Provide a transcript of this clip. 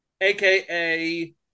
aka